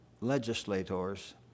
legislators